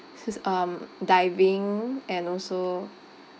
s~ um diving and also